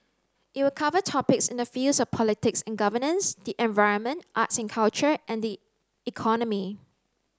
it will cover topics in the fields of politics and governance the environment arts and culture and the economy